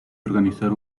organizar